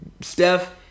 Steph